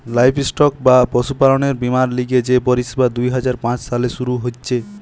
livestock বা পশুপালনের বীমার লিগে যে পরিষেবা দুই হাজার পাঁচ সালে শুরু হিছে